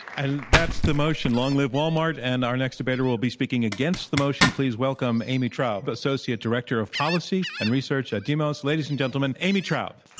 and that's the motion, long live walmart. and our next debater will be speaking against the motion. please welcome amy traub, but associate director of policy and research at demos. ladies and gentlemen, amy traub.